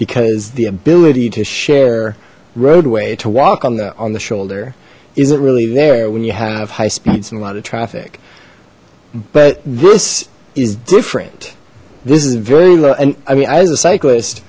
because the ability to share roadway to walk on that on the shoulder isn't really there when you have high speeds and a lot of traffic but this is different this is very low and i mean i as a cyclist